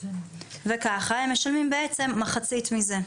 וכך הם משלמים מחצית מזה.